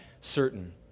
certain